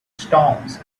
storms